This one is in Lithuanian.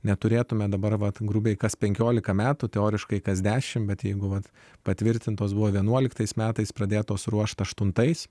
neturėtumė dabar vat grubiai kas penkiolika metų teoriškai kas dešimt bet jeigu vat patvirtintos buvo vienuoliktais metais pradėtos ruošti aštuntais